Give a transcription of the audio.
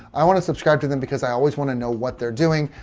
i want to subscribe to them because i always want to know what they're doing.